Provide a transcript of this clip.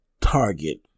target